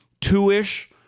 two-ish